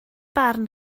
barn